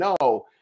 no